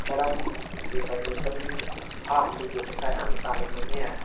ꯁꯔꯝꯒꯤ ꯄꯥꯏꯅꯦꯄꯟ ꯐꯥꯔꯝꯗꯨꯗꯤ ꯄꯩꯁꯥ ꯌꯥꯝ ꯇꯥꯜꯂꯝꯃꯅꯤꯍꯦ